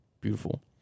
beautiful